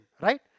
Right